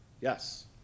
Yes